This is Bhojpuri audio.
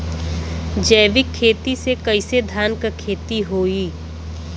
जैविक खेती से कईसे धान क खेती होई?